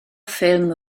ffilm